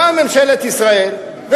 איפה רעננה ואיפה זה.